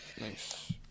Nice